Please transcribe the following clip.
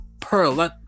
pearl